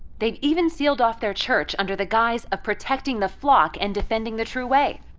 they've even sealed off their church under the guise of protecting the flock and defending the true way,